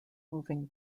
moving